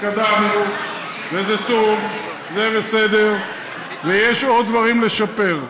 התקדמנו, וזה טוב, זה בסדר, ויש עוד דברים לשפר.